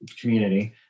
community